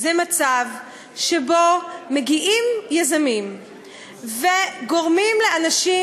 זה מצב שבו מגיעים יזמים וגורמים לאנשים